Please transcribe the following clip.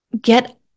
get